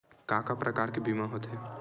का का प्रकार के बीमा होथे?